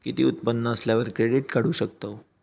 किती उत्पन्न असल्यावर क्रेडीट काढू शकतव?